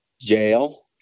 jail